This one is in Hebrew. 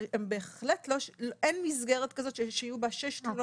אבל אין מסגרת כזאת שיהיו בה שש תלונות על אלימות.